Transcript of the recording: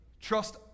trust